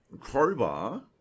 crowbar